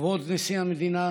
כבוד נשיא המדינה